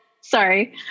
Sorry